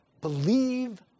Believe